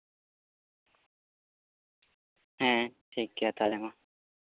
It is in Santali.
ᱦᱮᱸ ᱴᱷᱤᱠᱜᱮᱭᱟ ᱛᱟᱦᱞᱮ ᱢᱟ